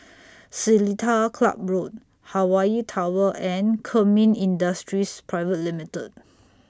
Seletar Club Road Hawaii Tower and Kemin Industries Private Limited